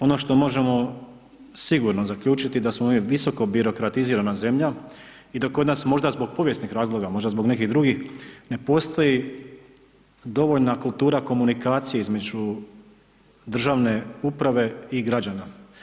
Ono što možemo sigurno zaključiti da smo mi visoko birokratizirana zemlja i da kod nas možda zbog povijesnih razloga, možda zbog nekih drugih ne postoji dovoljna kultura komunikacije između državne uprave i građana.